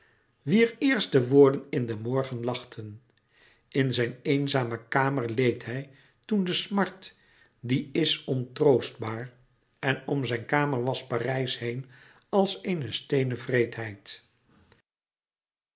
wier eerste woorden in den morgen lachten louis couperus metamorfoze in zijn eenzame kamer leed hij toen de smart die is ontroostbaar en om zijn kamer was parijs heen als